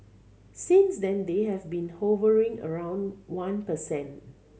since then they have been hovering around one per cent